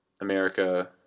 America